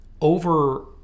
over